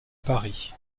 paris